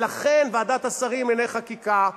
ולכן ועדת השרים לענייני חקיקה,